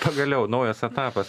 pagaliau naujas etapas